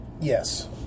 Yes